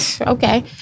Okay